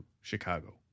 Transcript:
Chicago